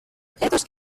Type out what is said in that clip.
objetos